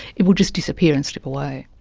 it will just disappear and slip away.